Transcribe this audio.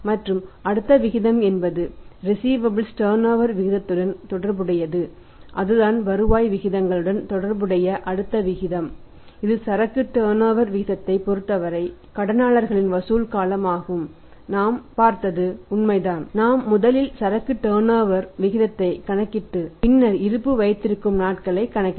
மற்றும் அடுத்த விகிதம் என்பது ரிஸீவபல்ஸ் விகிதத்தைக் கணக்கிட்டு பின்னர் இருப்பு வைத்திருக்கும் நாட்களைக் கணக்கிடுங்கள்